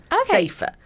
safer